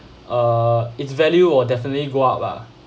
uh it's value will definitely go up lah